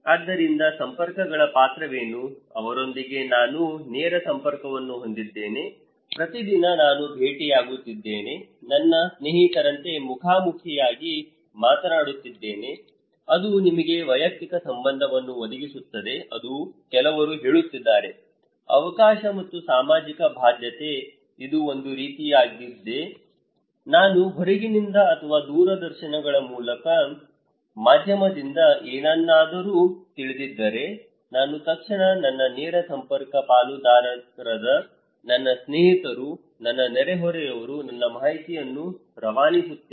ಆದ್ದರಿಂದ ಸಂಪರ್ಕಗಳ ಪಾತ್ರವೇನು ಅವರೊಂದಿಗೆ ನಾನು ನೇರ ಸಂಪರ್ಕವನ್ನು ಹೊಂದಿದ್ದೇನೆ ಪ್ರತಿದಿನ ನಾನು ಭೇಟಿಯಾಗುತ್ತಿದ್ದೇನೆ ನನ್ನ ಸ್ನೇಹಿತರಂತೆ ಮುಖಾಮುಖಿಯಾಗಿ ಮಾತನಾಡುತ್ತಿದ್ದೇನೆ ಅದು ನಿಮಗೆ ವೈಯಕ್ತಿಕ ಸಂಬಂಧವನ್ನು ಒದಗಿಸುತ್ತದೆ ಎಂದು ಕೆಲವರು ಹೇಳುತ್ತಿದ್ದಾರೆ ಅವಕಾಶ ಮತ್ತು ಸಾಮಾಜಿಕ ಬಾಧ್ಯತೆ ಇದು ಒಂದು ರೀತಿಯದ್ದಾಗಿದೆ ನಾನು ಹೊರಗಿನಿಂದ ಅಥವಾ ದೂರದರ್ಶನಗಳ ಅಥವಾ ಸಮೂಹ ಮಾಧ್ಯಮದಿಂದ ಏನಾದರೂ ತಿಳಿದಿದ್ದರೆ ನಾನು ತಕ್ಷಣ ನನ್ನ ನೇರ ಸಂಪರ್ಕ ಪಾಲುದಾರರಾದ ನನ್ನ ಸ್ನೇಹಿತರು ನನ್ನ ನೆರೆಹೊರೆಯವರು ನನ್ನ ಮಾಹಿತಿಯನ್ನು ರವಾನಿಸುತ್ತೇನೆ